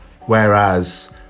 Whereas